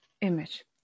image